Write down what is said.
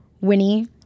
Winnie